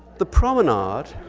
the promenade